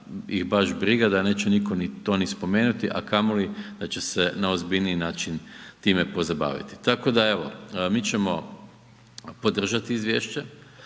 ih baš briga, da neće nitko to ni spomenuti a kamoli da će se na ozbiljni način time pozabaviti. Tako da evo, mi ćemo podržati izvješće